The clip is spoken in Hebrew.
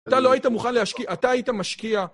אתה לא היית מוכן להשקיע, אתה היית משקיע.